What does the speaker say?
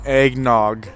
eggnog